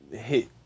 Hit